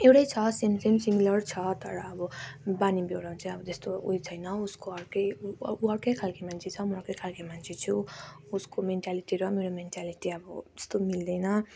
एउटै छ same same similar छ तर अब बानीबेहोरामा चाहिँ जस्तो उयो छैन उसको अर्कै ऊ ऊ अर्कै खालको मान्छे छ म अर्कै खालको मान्छे छु उसको मेन्टालिटी र मेरो मेन्टालिटी अब त्यस्तो मिल्दैन